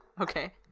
Okay